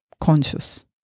conscious